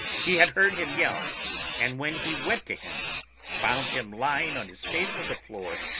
he had heard him yell and when he went to him found him lying on his face on the floor,